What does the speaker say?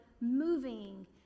moving